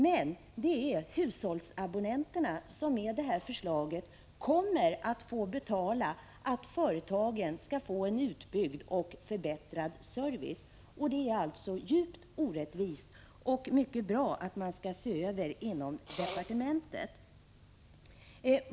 Men det är hushållsabonnenterna som enligt det här förslaget kommer att få betala för att företagen skall få en utbyggd och förbättrad service. Det är alltså djupt orättvist, och därför är det mycket bra att man skall se över förslaget inom departementet.